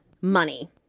money